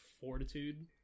fortitude